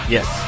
Yes